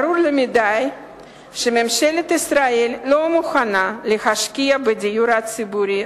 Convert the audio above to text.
ברור למדי שממשלת ישראל לא מוכנה להשקיע בדיור הציבורי,